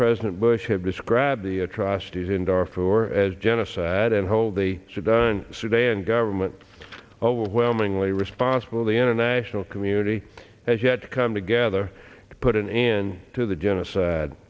president bush have described the atrocities in darfur as genocide and hold the job done sudan government overwhelmingly responsible the international community has yet to come together to put an end to the genocide